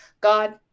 God